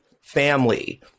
family